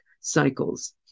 cycles